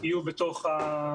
לעומת זאת,